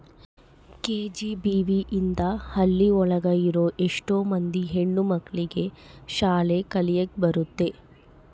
KGBV ಇಂದ ಹಳ್ಳಿ ಒಳಗ ಇರೋ ಎಷ್ಟೋ ಮಂದಿ ಹೆಣ್ಣು ಮಕ್ಳಿಗೆ ಶಾಲೆ ಕಲಿಯಕ್ ಬರುತ್ತೆ